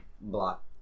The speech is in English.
block